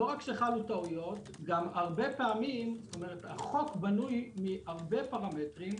לא רק שחלו טעויות, החוק בנוי מהרבה פרמטרים.